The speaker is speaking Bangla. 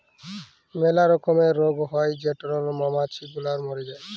ম্যালা রকমের রগ হ্যয় যেটরলে মমাছি গুলা ম্যরে যায়